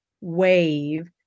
wave